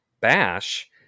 bash